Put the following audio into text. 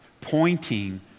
Pointing